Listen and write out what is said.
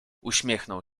uśmiechnął